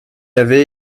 avait